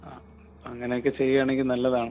ആ അങ്ങനെയൊക്കെ ചെയ്യുവാണെങ്കിൽ നല്ലതാണ്